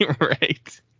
Right